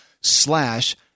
slash